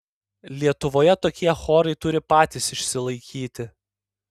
lietuvoje tokie chorai turi patys išsilaikyti